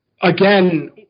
again